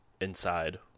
inside